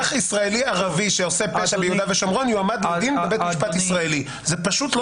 זה פשוט לא